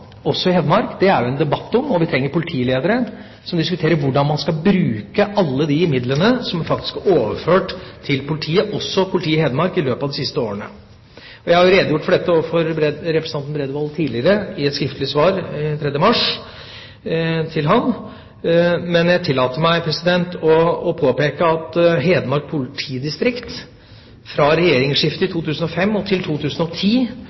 også i Hedmark, er en debatt om – og vi trenger politiledere som diskuterer det – hvordan man skal bruke alle de midlene som faktisk er overført til politiet, også til politiet i Hedmark, i løpet av de siste årene. Jeg har tidligere, i et skriftlig svar den 3. mars til representanten Bredvold, redegjort for dette. Men jeg tillater meg å påpeke at Hedmark politidistrikt fra regjeringsskiftet i 2005 og til 2010